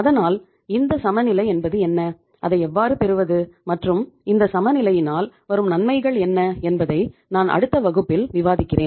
அதனால் இந்த சமநிலை என்பது என்ன அதை எவ்வாறு பெறுவது மற்றும் இந்த சமநிலையினால் வரும் நன்மைகள் என்ன என்பதை நான் அடுத்த வகுப்பில் விவாதிக்கிறேன்